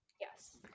Yes